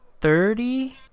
thirty